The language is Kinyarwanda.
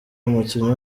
umukinnyi